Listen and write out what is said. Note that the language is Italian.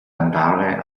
andare